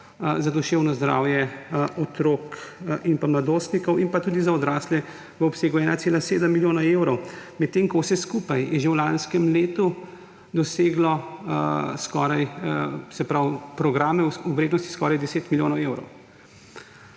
za duševno zdravje otrok in mladostnikov in tudi za odrasle v obsegu 1,7 milijona evrov. Medtem ko je vse skupaj že v lanskem letu doseglo, se pravi programi, v vrednosti skoraj 10 milijonov evrov.